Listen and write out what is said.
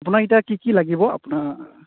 আপোনাক এতিয়া কি কি লাগিব আপোনাক